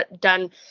done